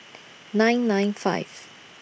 nine nine five